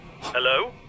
Hello